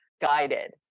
guided